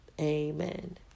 Amen